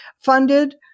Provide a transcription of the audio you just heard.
funded